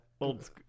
old